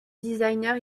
designer